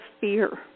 fear